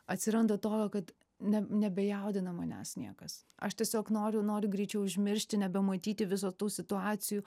atsiranda tokio kad ne nebejaudina manęs niekas aš tiesiog noriu noriu greičiau užmiršti nebematyti viso tų situacijų